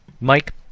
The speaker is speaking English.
Mike